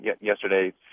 yesterday